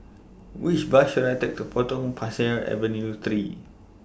Which Bus should I Take to Potong Pasir Avenue three